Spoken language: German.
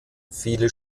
viele